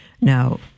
now